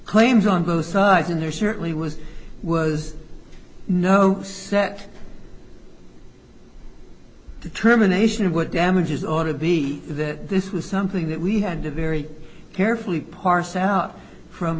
claims on both sides and there certainly was was no set determination of what damages ought to be that this was something that we had to very carefully parse out from